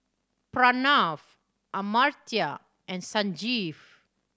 Pranav Amartya and Sanjeev